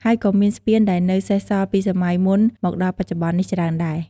ហើយក៏មានស្ពានដែលនៅសេសសល់ពីសម័យមុនមកដល់បច្ចុប្បន្ននេះច្រើនដែរ។